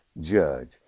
judge